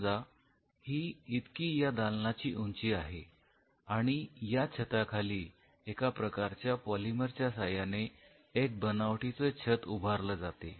समजा ही इतकी या दालनाची उंची आहे आणि या छताखाली एका प्रकारच्या पोलिमर च्या साह्याने एक बनावटीचं छत उभारले जाते